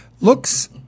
Looks